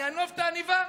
אני אענוב את העניבה.